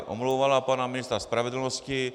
Omlouvala pana ministra spravedlnosti.